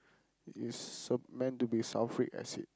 is sup~ meant to be sulfuric acid